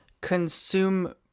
consume